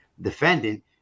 defendant